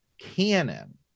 canon